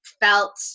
felt